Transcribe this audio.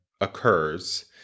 occurs